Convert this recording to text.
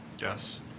Yes